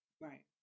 Right